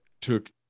took